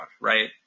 right